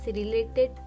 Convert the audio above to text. related